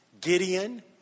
Gideon